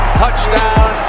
touchdown